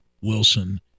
Wilson